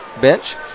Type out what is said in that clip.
bench